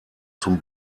zum